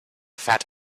fat